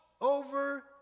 over